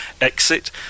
exit